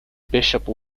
bishop